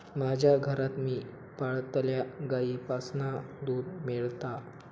माज्या घरात मी पाळलल्या गाईंपासना दूध मेळता